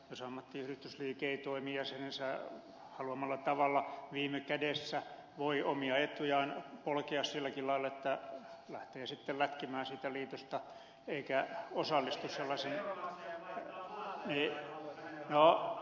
jos ammattiyhdistysliike ei toimi jäsenensä haluamalla tavalla viime kädessä voi omia etujaan polkea silläkin lailla että lähtee sitten lätkimään siitä liitosta eikä osallistu sellaiseen